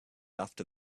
after